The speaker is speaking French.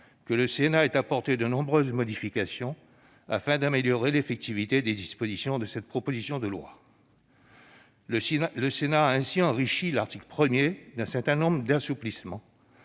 que le Sénat ait apporté de nombreuses modifications afin d'améliorer l'effectivité des dispositions de cette proposition de loi. Le Sénat a ainsi enrichi l'article 1 d'un certain nombre d'assouplissements.